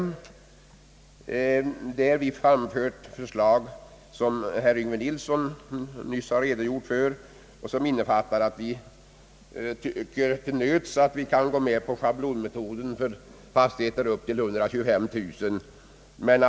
I dessa motioner har vi framlagt förslag — herr Yngve Nilsson redogjorde nyss för dessa förslag — som innebär att vi till nöds kan godta schablonmetoden för fastigheter med taxeringsvärden upp till 125 000 kronor.